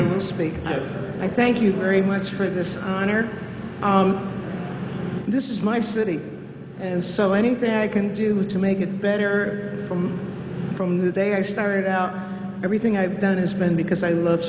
to speak this i thank you very much for this honor this is my city and so anything i can do to make it better from from the day i started out everything i've done has been because i love